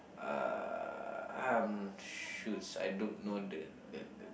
uh um shoots I don't know the the the